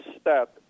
step